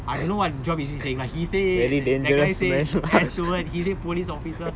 I don't know what job is he saying lah he say that guy say air steward he say police officer